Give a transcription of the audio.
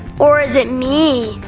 or is it me?